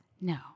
no